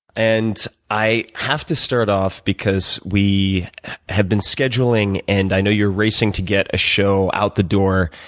and i have to start off, because we have been scheduling and i know you're racing to get a show out the door.